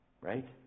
Right